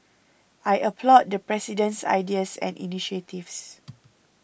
I applaud the President's ideas and initiatives